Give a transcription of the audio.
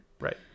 right